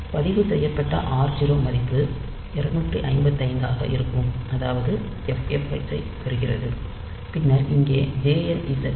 பதிவுசெய்யப்பட்ட r0 மதிப்பு 255 ஆக இருக்கும் அதாவது ffh ஐப் பெறுகிறது பின்னர் இங்கே jnz r0